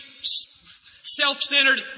self-centered